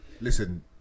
listen